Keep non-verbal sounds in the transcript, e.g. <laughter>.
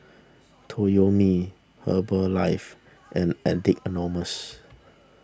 <noise> Toyomi Herbalife and Addicts Anonymous